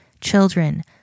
children